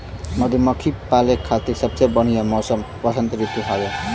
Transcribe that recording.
मधुमक्खी पाले खातिर सबसे बढ़िया मौसम वसंत ऋतु हउवे